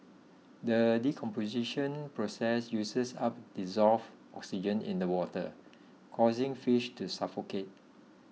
the decomposition process uses up dissolved oxygen in the water causing fish to suffocate